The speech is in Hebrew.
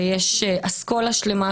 ויש אסכולה שלמה,